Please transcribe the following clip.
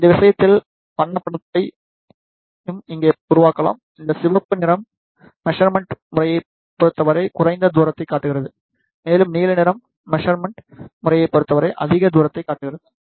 இந்த விஷயத்தில் வண்ணப் படத்தையும் இங்கே உருவாக்கலாம் இந்த சிவப்பு நிறம் மெஷர்மென்ட் முறையைப் பொறுத்தவரை குறைந்த தூரத்தைக் காட்டுகிறது மேலும் நீல நிறம் மெஷர்மென்ட் முறையைப் பொறுத்தவரை அதிக தூரத்தைக் குறிக்கிறது